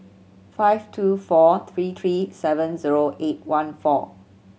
five two four three three seven zero eight one four